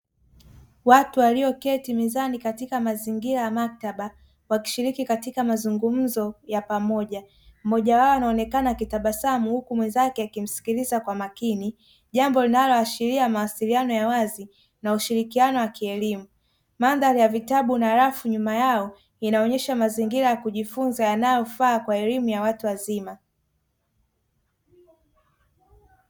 Watu walioketi mezani katika mazingira ya maktaba wakishiriki katika mazungumzo ya pamoja. Mmoja wao anaonekana akitabasamu huku mwenzake akimsikiliza kwa makini. Jambo linaloashiria mawasiliano ya wazi na ushirikiano wa kielimu. Mandhari ya vitabu na rafu nyuma yao inaonyesha mazingira ya kujifunza yanayofaa kwa elimu ya watu wazima.